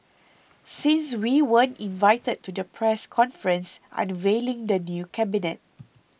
since we weren't invited to the press conference unveiling the new cabinet